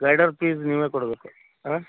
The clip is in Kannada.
ಗೈಡರ್ ಫೀಸ್ ನೀವೇ ಕೊಡಬೇಕು ಹಾಂ